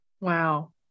Wow